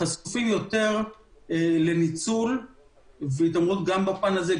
הם חשופים יותר לניצול גם בפן הזה.